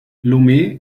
lomé